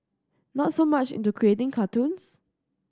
not so much into creating cartoons